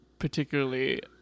particularly